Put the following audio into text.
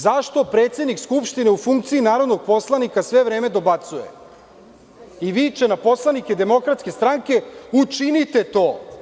Zašto predsednik Skupštine u funkciji narodnog poslanika sve vreme dobacuje i viče na poslanike DS – učinite to?